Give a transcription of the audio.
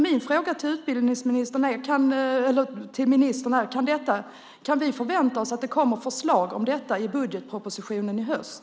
Min fråga till ministern är: Kan vi förvänta oss att det kommer förslag om detta i budgetpropositionen i höst?